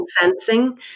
sensing